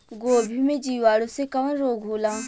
गोभी में जीवाणु से कवन रोग होला?